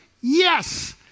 yes